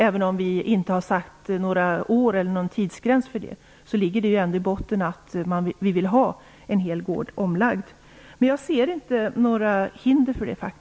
Även om vi inte har nämnt antalet år eller annan tidsgräns för det, så ligger i botten att vi vill ha en hel gård omlagd. Jag ser faktiskt inte några hinder för det.